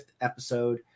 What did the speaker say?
episode